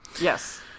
Yes